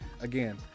Again